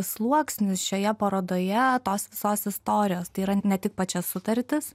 sluoksnius šioje parodoje tos visos istorijos tai yra ne tik pačias sutartis